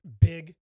big